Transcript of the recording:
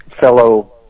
fellow